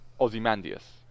Ozymandias